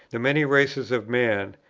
the many races of man,